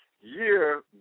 year